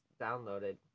downloaded